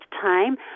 time